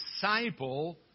disciple